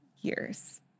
years